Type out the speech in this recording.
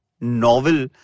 novel